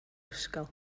ysgol